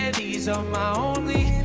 and these are my only